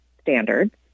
standards